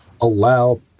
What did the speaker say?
allow